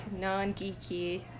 non-geeky